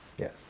Yes